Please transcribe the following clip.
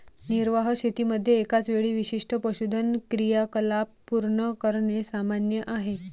निर्वाह शेतीमध्ये एकाच वेळी विशिष्ट पशुधन क्रियाकलाप पूर्ण करणे सामान्य आहे